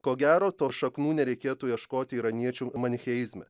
ko gero to šaknų nereikėtų ieškoti iraniečių manicheizme